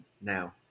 now